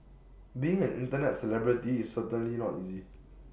being an Internet celebrity is certainly not easy